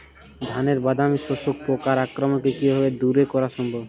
ধানের বাদামি শোষক পোকার আক্রমণকে কিভাবে দূরে করা সম্ভব?